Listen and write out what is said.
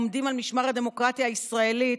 העומדים על משמר הדמוקרטיה הישראלית,